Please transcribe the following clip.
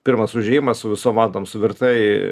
pirmas užėjimas su visom vantom suvirtai